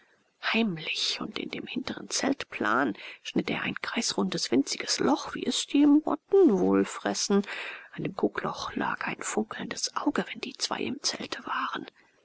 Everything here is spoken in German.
heimlich und in dem hinteren zeltplan schnitt er ein kreisrundes winziges loch wie es die motten wohl fressen an dem guckloch lag ein funkelndes auge wenn die zwei im zelte waren